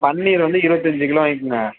பன்னீரு வந்து இருவத்தஞ்சு கிலோ வாங்கிக்கங்க